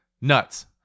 Nuts